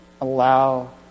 allow